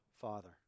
Father